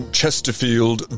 Chesterfield